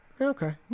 Okay